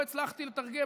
לא הצלחתי לתרגם,